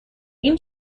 این